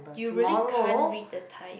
you really can't read the time